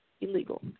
illegal